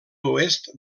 oest